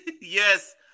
Yes